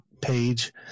page